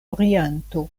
oriento